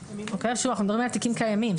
אנחנו מדברים על תיקים קיימים.